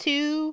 Two